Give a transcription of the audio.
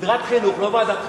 סדרת חינוך, לא ועדת חינוך.